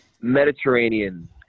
Mediterranean